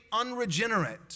unregenerate